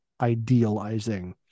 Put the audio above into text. idealizing